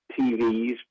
TVs